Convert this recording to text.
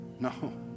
No